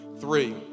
three